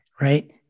right